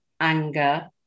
anger